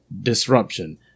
disruption